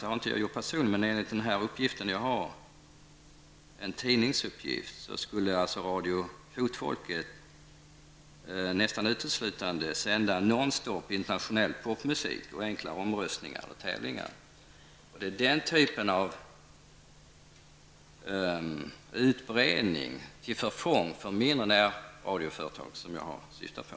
Enligt en tidningsuppgift skulle radio Fotfolket nästan uteslutande och non-stop sända internationell popmusik, enklare omröstningar och tävlingar. Det är den typen av utbredning till förfång för mindre närradioföretag som jag har syftat på.